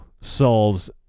Saul's